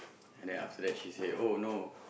and then after that she said oh no